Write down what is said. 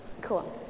Cool